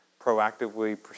proactively